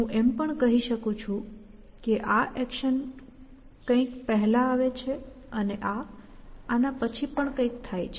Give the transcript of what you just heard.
હું એમ પણ કહી શકું છું કે આ એક્શન કંઇક પહેલાં આવે છે અને આના પછી પણ કંઈક થાય છે